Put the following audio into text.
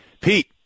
Pete